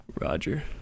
Roger